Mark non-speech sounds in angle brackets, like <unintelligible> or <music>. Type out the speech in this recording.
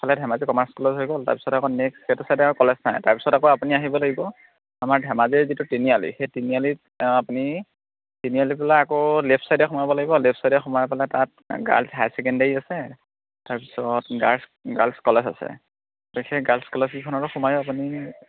এফালে Dhemaji commerce college হৈ গ'ল তাৰপিত আকৌ নেক্সট সেইটো চাইডে কলেজ নাই তাৰপিছত আপুনি আহিব লাগিব আমাৰ ধেমাজি যিটো তিনিআলি সেই তিনিআলিত আপুনি তিনিআলি <unintelligible> আকৌ লেফ্ট চাইডে সোমাব লাগিব লেফ্ট চাইডে সোমাই পেলাই তাত গাৰ্লছ হাই ছেকেণ্ডেৰী আছে তাৰপিছত গাৰ্লছ গাৰ্লছ কলেজ আছে ত সেই গাৰ্লছ কলেজকিখনতো সোমাই আপুনি